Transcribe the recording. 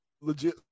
legit